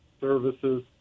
services